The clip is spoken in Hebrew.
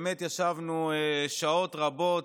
באמת ישבנו שעות רבות,